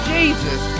Jesus